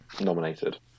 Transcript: Nominated